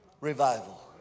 revival